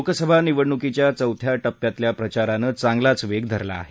लोकसभा निवडणुकीच्या चौथ्या टप्प्यातल्या प्रचारानं चांगलाच वेग घेतला आहे